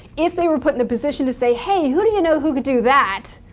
if they were put in the position to say hey, who do you know who could do that?